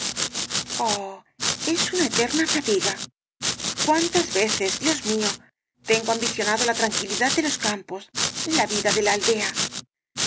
es una eterna fatiga cuántas veces dios rosalía de castro mío tengo ambicionado la tranquilidad de los campos la vida de la aldea